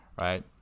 right